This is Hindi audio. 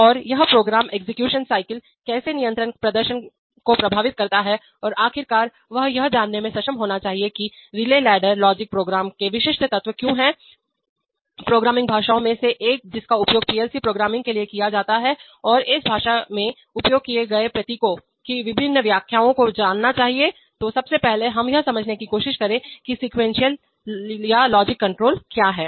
और यह प्रोग्राम एग्जीक्यूशन साइकिल कैसे नियंत्रण प्रदर्शन को प्रभावित करता है और आखिरकार वह यह जानने में सक्षम होना चाहिए कि रिले लैडर लॉजिक प्रोग्राम के विशिष्ट तत्व क्या हैं प्रोग्रामिंग भाषाओं में से एक जिसका उपयोग पीएलसी प्रोग्रामिंग के लिए किया जाता है और इस भाषा में उपयोग किए गए प्रतीकों की विभिन्न व्याख्याओं को जानना चाहिएतो सबसे पहले हम यह समझने की कोशिश करें कि सीक्वेंशियल या लॉजिक कंट्रोल क्या है